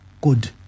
good